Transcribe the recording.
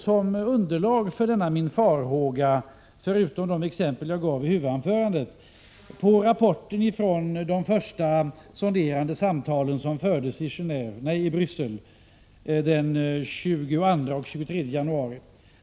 Som underlag för denna min farhåga vill jag, förutom de exempel jag gav i huvudanförandet, peka på rapporten från de första sonderande samtal som fördes i Bryssel den 22 och 23 januari.